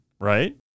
right